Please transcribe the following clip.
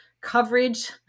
Coverage